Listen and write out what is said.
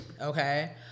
Okay